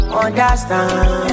understand